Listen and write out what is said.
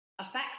affects